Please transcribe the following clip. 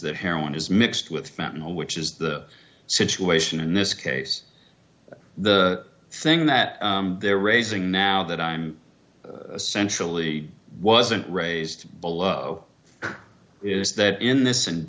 that heroin is mixed with fentanyl which is the situation in this case the thing that they're raising now that i'm sensually wasn't raised below is that in this ind